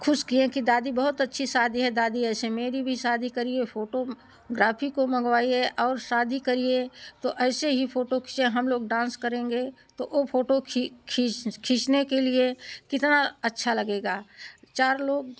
ख़ुश किए कि दादी बहुत अच्छी शादी है दादी ऐसे मेरी भी शादी करिए फ़ोटोग्राफ़ी को मंगवाइए और शादी करिए तो ऐसे ही फ़ोटो खींचे हम लोग डांस करेंगे तो ओ फ़ोटो खी खीस खींचने के लिए कितना अच्छा लगेगा चार लोग